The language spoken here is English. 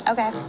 Okay